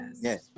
yes